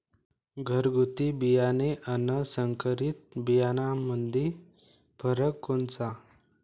घरगुती बियाणे अन संकरीत बियाणामंदी फरक कोनचा?